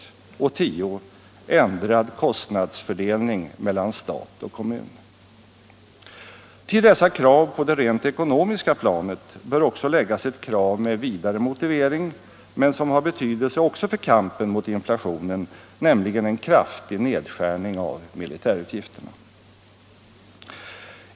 Till dessa krav på det ekonomiska planet bör också läggas ett krav med vidare motivering men som har betydelse också för kampen mot inflationen, nämligen en kraftig nedskärning av militärutgifterna.